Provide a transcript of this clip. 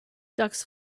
ducks